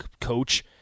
coach